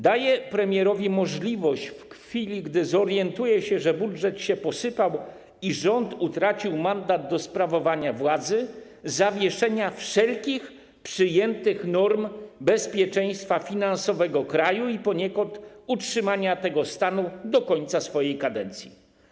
Daje premierowi możliwość, w chwili gdy ten zorientuje się, że budżet się posypał i rząd utracił mandat do sprawowania władzy, zawieszenia wszelkich przyjętych norm bezpieczeństwa finansowego kraju i poniekąd utrzymania tego stanu do końca swojej kadencji.